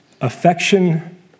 affection